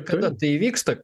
kada tai įvyksta